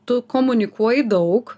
tu komunikuoji daug